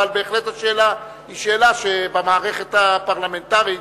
אבל בהחלט השאלה היא שאלה שבמערכת הפרלמנטרית,